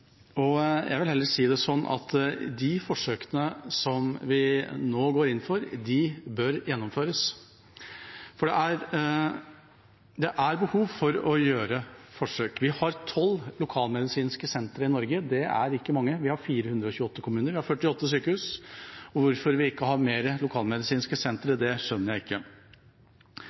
stoppes. Jeg vil heller si det sånn at de forsøkene som vi nå går inn for, bør gjennomføres. For det er behov for å gjøre forsøk. Vi har tolv lokalmedisinske sentre i Norge. Det er ikke mange. Vi har 428 kommuner og 48 sykehus, og hvorfor vi ikke har flere lokalmedisinske sentre, skjønner jeg ikke.